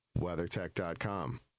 WeatherTech.com